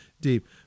deep